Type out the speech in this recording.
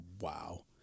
Wow